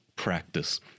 Practice